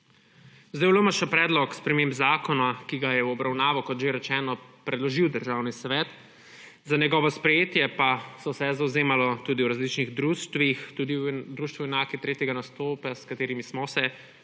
ključna. V LMŠ predlog sprememb zakona, ki ga je v obravnavo, kot že rečeno, predložil Državni svet, za njegovo sprejetje pa se je zavzemalo tudi v različnih društvih – tudi v društvu Junakov 3. nadstropja, s katerim smo se